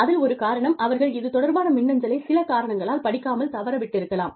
அதில் ஒரு காரணம் அவர்கள் இது தொடர்பான மின்னஞ்சலை சில காரணங்களால் படிக்காமல் தவற விட்டிருக்கலாம்